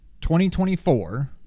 2024